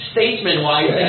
Statesman-wise